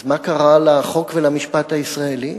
אז מה קרה לחוק ולמשפט הישראלי?